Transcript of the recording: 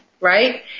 Right